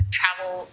travel